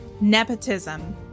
Nepotism